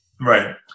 Right